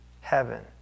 heaven